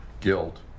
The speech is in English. guilt